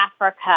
Africa